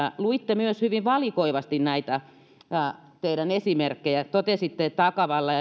luitte myös hyvin valikoivasti näitä teidän esimerkkejänne totesitte että akavalla